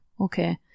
okay